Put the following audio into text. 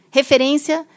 referência